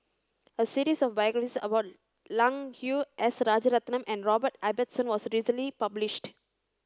a series of biographies about Lang Hui S Rajaratnam and Robert Ibbetson was recently published